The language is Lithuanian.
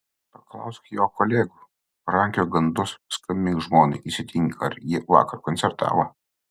paklausk jo kolegų parankiok gandus paskambink žmonai įsitikink ar ji vakar koncertavo